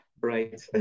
right